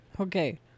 Okay